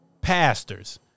pastors